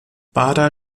bader